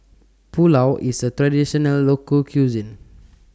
Pulao IS A Traditional Local Cuisine